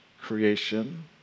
creation